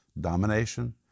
Domination